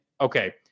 okay